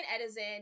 Edison